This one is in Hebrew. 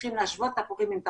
צריכים להשוות תפוחים עם תפוחים.